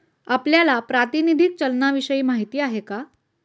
आपल्याला प्रातिनिधिक चलनाविषयी माहिती आहे का?